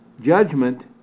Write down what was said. judgment